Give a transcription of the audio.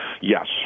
yes